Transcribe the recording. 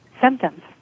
symptoms